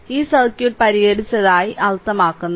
ഈ സർക്യൂട്ട് പരിഹരിച്ചതായി അർത്ഥമാക്കുന്നു